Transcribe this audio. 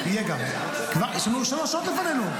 יש לנו שלוש שעות לפנינו.